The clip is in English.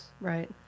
Right